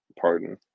Pardon